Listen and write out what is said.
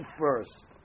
first